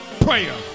prayer